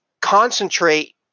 concentrate